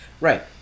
Right